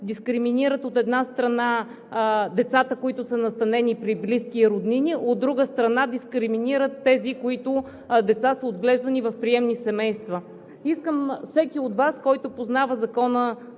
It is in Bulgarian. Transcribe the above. дискриминират, от една страна, децата, които са настанени при близки и роднини, а от друга страна, дискриминират тези деца, които са отглеждани в приемни семейства. Искам всеки от Вас, който познава Закона